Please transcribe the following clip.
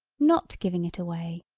not giving it away,